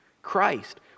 Christ